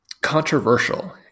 controversial